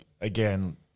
again